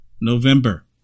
November